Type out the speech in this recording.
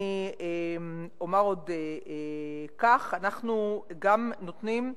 אני אומר עוד כך: אנחנו נותנים,